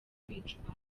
kwicwa